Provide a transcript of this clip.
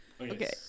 Okay